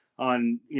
on